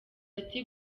ati